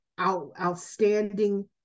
outstanding